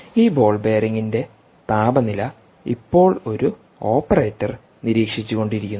ഈ ബോൾ ബെയറിംഗിന്റെ താപനില ഇപ്പോൾ ഒരു ഓപ്പറേറ്റർ നിരീക്ഷിച്ചുകൊണ്ടിരിക്കുന്നു